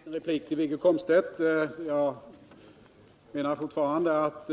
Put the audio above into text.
Herr talman! Bara en liten replik till Wiggo Komstedt. Jag menar fortfarande att